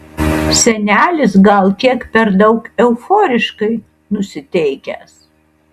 senelis gal kiek per daug euforiškai nusiteikęs